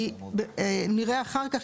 כי נראה אחר כך,